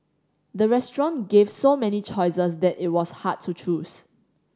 the restaurant gave so many choices that it was hard to choose